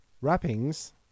wrappings